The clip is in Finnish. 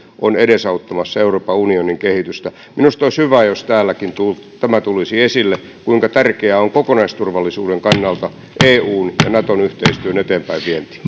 on edesauttamassa euroopan unionin kehitystä minusta olisi hyvä jos tämä tulisi täälläkin esille kuinka tärkeää on kokonaisturvallisuuden kannalta eun ja naton yhteistyön eteenpäinvienti